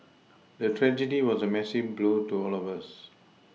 the tragedy was a massive blow to all of us